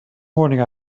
morning